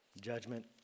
Judgment